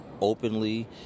openly